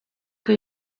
kan